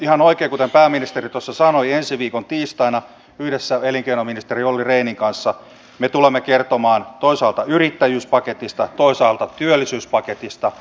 ihan oikein kuten pääministeri tuossa sanoi ensi viikon tiistaina yhdessä elinkeinoministeri olli rehnin kanssa me tulemme kertomaan toisaalta yrittäjyyspaketista toisaalta työllisyyspaketista